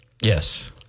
Yes